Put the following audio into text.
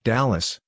Dallas